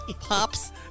Pops